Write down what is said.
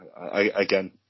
again